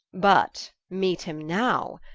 but meet him now,